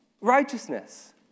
righteousness